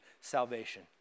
salvation